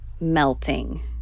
melting